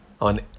on